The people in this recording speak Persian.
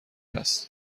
هست